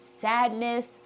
sadness